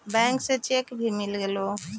बैंकवा से चेक भी मिलगेलो?